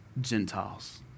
Gentiles